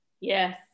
Yes